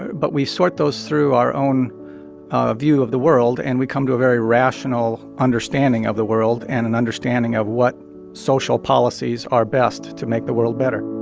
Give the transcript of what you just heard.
but we sort those through our own ah view of the world, and we come to a very rational understanding of the world and an understanding of what social policies are best to make the world better